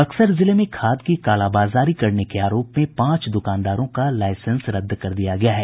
बक्सर जिले में खाद की कालाबाजारी करने के आरोप में पांच दुकानदारों का लाईसेंस रद्द कर दिया गया है